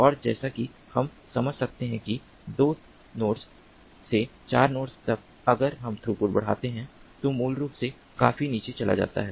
और जैसा कि हम समझ सकते हैं कि 2 नोड्स से 4 नोड्स तक अगर हम थ्रूपुट बढ़ाते हैं तो मूल रूप से काफी नीचे चला जाता है